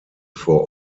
vor